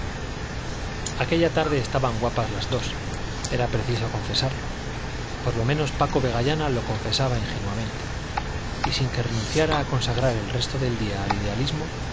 aquella tarde estaban guapas las dos era preciso confesarlo por lo menos paco vegallana lo confesaba ingenuamente y sin que renunciara a consagrar el resto del día al idealismo